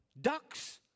Ducks